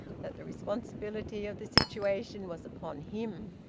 that the responsibility of the situation was upon him,